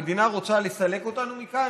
המדינה רוצה לסלק אותנו מכאן?